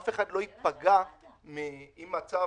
אף אחד לא ייפגע אם הצו,